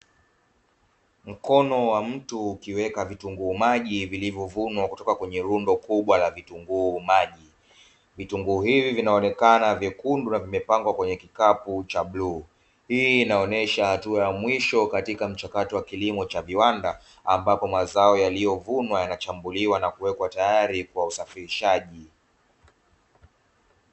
Mkono wa mtu ukiweka vitunguu maji vilivyovunwa kutoka kwenye rundo kubwa la vitunguu maji. Vitunguu hivi vinaoneka vyekundu na vimepangwa kwenye kikapu cha bluu hii inaonyesha hatua za mwisha katika mchakato wa kilimo cha viwanda ambapo mazao yaliyovunwa yanachambuliwa na kuwekwa tayari kwa usafirishaji.